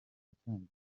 yatangiye